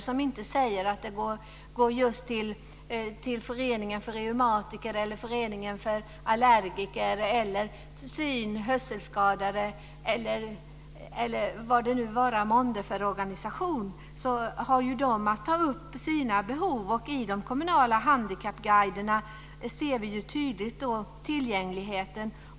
Det sägs inte att det just går till föreningen för reumatiker, föreningen för allergiker eller syn och hörselskadade eller vad det vara månde för organisation. De har att ta upp sina behov, och i de kommunala handikappguiderna ser vi tydligt tillgängligheten.